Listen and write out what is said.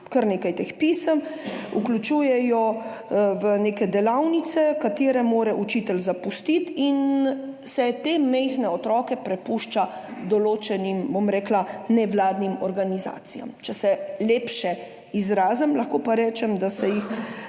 kar nekaj teh pisem, vključuje v neke delavnice, ki jih mora učitelj zapustiti in se te majhne otroke prepušča določenim, bom rekla, nevladnim organizacijam, če se lepše izrazim, lahko pa rečem, da se jih